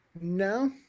No